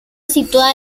situada